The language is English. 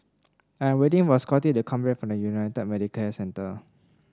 I am waiting for Scottie to come back from United Medicare Centre